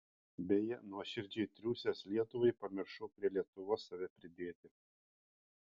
beje nuoširdžiai triūsęs lietuvai pamiršau prie lietuvos save pridėti